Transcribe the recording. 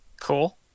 Cool